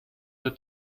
your